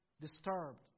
disturbed